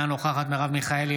אינה נוכחת מרב מיכאלי,